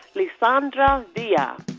lissandra yeah